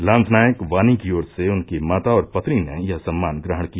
lance नायक वानी की ओर से उनकी माता और पली ने यह सम्मान ग्रहण किया